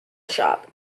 shop